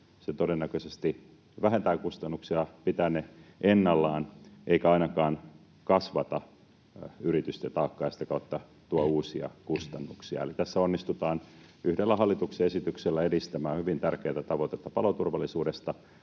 todennäköisesti vähentää kustannuksia tai pitää ne ennallaan eikä ainakaan kasvata yritysten taakkaa ja sitä kautta tuo uusia kustannuksia. Eli tässä onnistutaan yhdellä hallituksen esityksellä edistämään hyvin tärkeätä tavoitetta paloturvallisuudesta